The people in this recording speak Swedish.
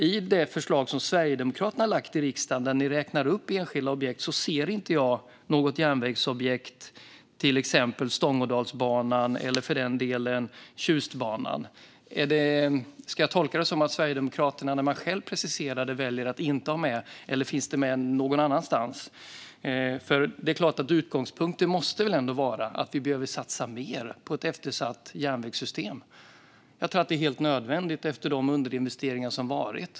I det förslag som Sverigedemokraterna har lagt fram för riksdagen, där ni räknar upp enskilda objekt, kan jag inte se något järnvägsobjekt, till exempel Stångådalsbanan eller för den delen Tjustbanan. Ska jag tolka det som att Sverigedemokraterna, när man själv preciserar frågan, väljer att inte ha med dessa, eller finns de med någon annanstans? Utgångspunkten måste väl ändå vara att vi behöver satsa mer på ett eftersatt järnvägssystem? Jag tror att det är helt nödvändigt efter tidigare underinvesteringar.